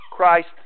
Christ